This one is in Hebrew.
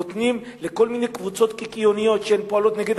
נותנים לכל מיני קבוצות קיקיוניות שפועלות נגד